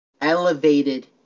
elevated